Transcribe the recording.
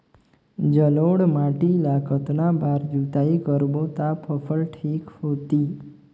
जलोढ़ माटी ला कतना बार जुताई करबो ता फसल ठीक होती?